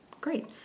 Great